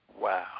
Wow